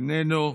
איננו.